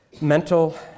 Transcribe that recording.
mental